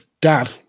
dad